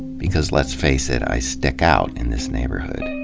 because, let's face it, i stick out in this neighborhood.